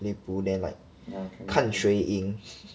play pool then like 看谁赢